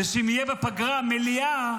אם תהיה בפגרה מליאה,